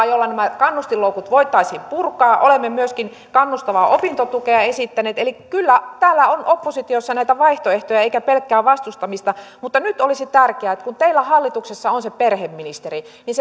jolla nämä kannustinloukut voitaisiin purkaa olemme myöskin kannustavaa opintotukea esittäneet eli kyllä täällä oppositiossa on näitä vaihtoehtoja eikä pelkkää vastustamista mutta nyt olisi tärkeää että kun teillä hallituksessa on se perheministeri niin